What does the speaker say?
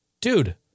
Dude